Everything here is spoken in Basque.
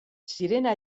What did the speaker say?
sirena